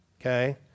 Okay